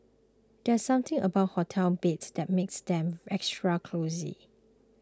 there's something about hotel beds that makes them extra cosy